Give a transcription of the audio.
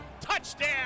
Touchdown